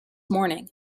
morning